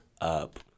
up